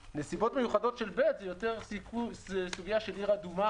הנסיבות המיוחדות של פסקה (ב) זה יותר סוגיה של עיר אדומה,